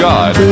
God